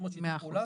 יוזמות שיתוף פעולה.